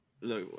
Look